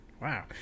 Wow